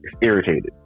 irritated